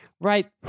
right